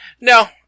No